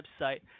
website